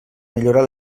millorar